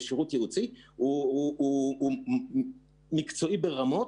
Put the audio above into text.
הוא אגף מקצועי ברמות.